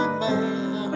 man